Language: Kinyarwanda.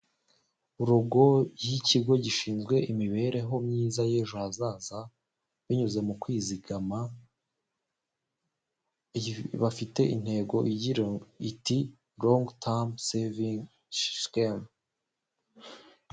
Urugo y'ikigo gishinzwe imibereho myiza y'ejo hazaza, binyuze mu kwizigama bafite intego igira iti longe tamu seviingi shikeme.